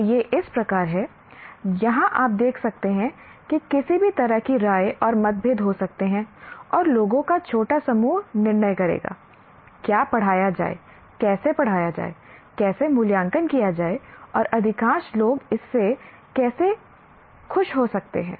और यह इस प्रकार है यहाँ आप देख सकते हैं कि किसी भी तरह की राय और मतभेद हो सकते हैं और लोगों का छोटा समूह निर्णय करेगा क्या पढ़ाया जाए कैसे पढ़ाया जाए कैसे मूल्यांकन किया जाए और अधिकांश लोग इससे कैसे खुश हो सकते हैं